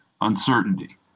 uncertainty